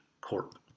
Corp